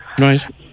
Right